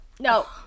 No